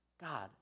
God